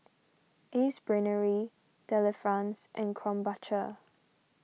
Ace Brainery Delifrance and Krombacher